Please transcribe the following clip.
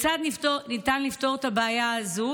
כיצד ניתן לפתור את הבעיה הזו?